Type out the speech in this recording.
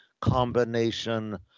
combination